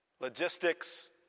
Logistics